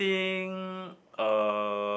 think uh